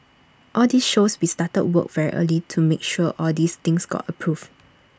all this shows we started work very early to make sure all these things got approval